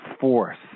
force